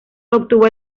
obtuvo